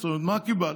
זאת אומרת, מה קיבלת?